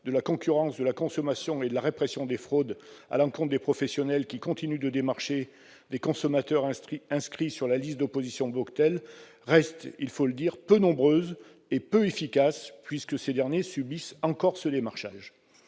de la concurrence, de la consommation et de la répression des fraudes, la DGCCRF, à l'encontre des professionnels qui continuent de démarcher des consommateurs inscrits sur la liste d'opposition Bloctel restent peu nombreuses et peu efficaces, puisque ces derniers subissent encore ce démarchage.